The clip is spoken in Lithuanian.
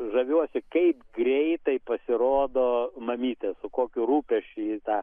žaviuosi kaip greitai pasirodo mamytė su kokiu rūpesčiu ji ji tą